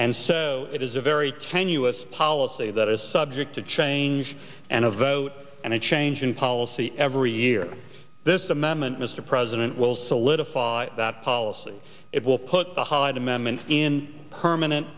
and so it is a very strenuous policy that is subject to change and a vote and a change in policy every year this amendment mr president will solidify that policy it will put the hyde amendment in permanent